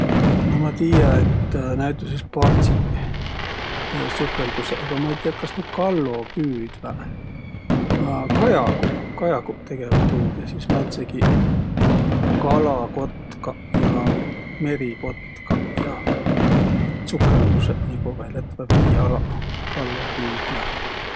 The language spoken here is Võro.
No ma tiiä. et näütüses pardsiq tsukõldusõq, aga ma ei tiiäq, kas nuuq kallo püüdväq. Aa, kajaguq, kajaguq tegeväq tuud ja sis määntsegi kalakotkaq ja merikotkaq ja, et tsukõldusõq nigu vai lätväq vii alaq kallo püüdmä.